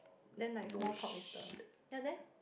then like small talk is the ya there